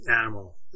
animal